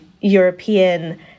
European